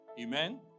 Amen